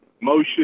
motion